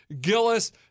Gillis